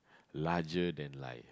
larger than life